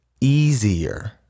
easier